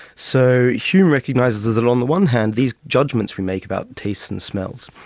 so hume recognises that on the one hand these judgments we make about taste and smells,